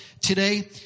today